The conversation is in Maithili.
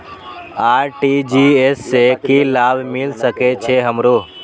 आर.टी.जी.एस से की लाभ मिल सके छे हमरो?